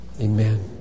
Amen